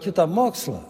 kitą mokslą